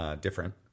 different